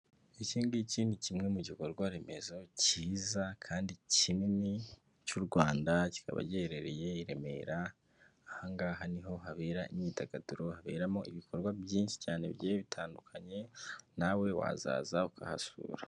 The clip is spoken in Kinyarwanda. Iki ngiki ni kimwe mu gikorwa remezo cyiza kandi kinini cy'u Rwanda kikaba giherereye i Remera. Aha ngaha niho habera imyidagaduro haberamo ibikorwa byinshi cyane bigiye bitandukanye nawe wazaza ukahasura.